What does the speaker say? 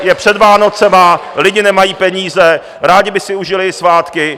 Je před Vánocemi, lidi nemají peníze, rádi by si užili svátky.